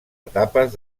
etapes